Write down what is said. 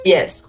Yes